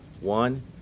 One